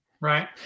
right